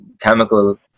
chemical